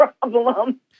problem